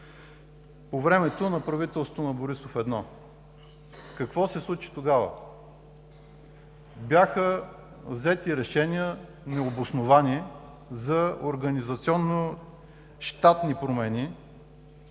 по времето на правителството на Борисов 1. Какво се случи тогава? Бяха взети решения, необосновани за организационно щатните промени,